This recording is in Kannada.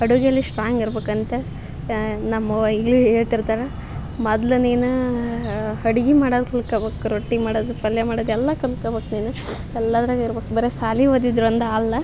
ಅಡುಗೇಲಿ ಸ್ಟ್ರಾಂಗ್ ಇರ್ಬೇಕಂತೆ ನಮ್ಮವ್ವ ಈಗಲೂ ಹೇಳ್ತಿರ್ತಾರ ಮೊದ್ಲು ನೀನು ಅಡುಗೆ ಮಾಡದು ಕಲ್ತ್ಕೋಬೇಕು ರೊಟ್ಟಿ ಮಾಡೋದು ಪಲ್ಯ ಮಾಡೋದು ಎಲ್ಲಾ ಕಲ್ತ್ಕೋಬೇಕು ನೀನು ಎಲ್ಲದ್ರಾಗೆ ಇರ್ಬೇಕು ಬರೆ ಸಾಲಿ ಓದಿದ್ರೆ ಒಂದು ಅಲ್ಲಾ